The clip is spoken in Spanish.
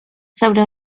sobre